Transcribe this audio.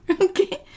okay